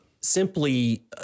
simply